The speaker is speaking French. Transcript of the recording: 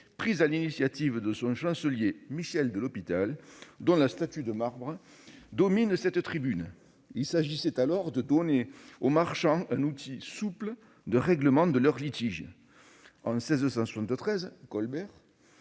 pris sur l'initiative de son chancelier Michel de L'Hospital, dont la statue de marbre domine cette tribune. Il s'agissait alors de donner aux marchands un outil souple de règlement de leurs litiges. En 1673, Colbert